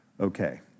Okay